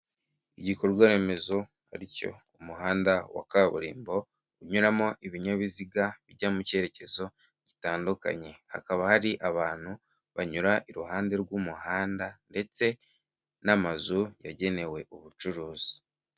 Igikorwa remezo ari cyo umuhanda wa kaburimbo, unyuramo ibinyabiziga bijya mu cyerekezo gitandukanye. Hakaba hari abantu banyura iruhande rw'umuhanda ndetse n'amazu yagenewe ubucuruzi.